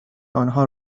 آنها